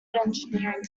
engineering